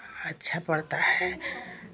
अच्छा पड़ता है